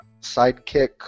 sidekick